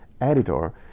editor